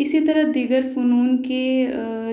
اسی طرح دیگر فنون کے